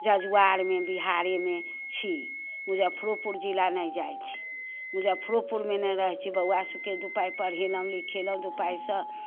जजुआरमे बिहारेमे छी मुजफ्फरोपुर जिला नहि जाइ छी मुजफ्फरोपुरमे नहि रहै छी बौआ सबके दू पाइ पढेलहुँ लिखेलहुँ दू पाइसँ